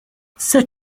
sir